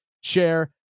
share